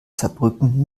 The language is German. saarbrücken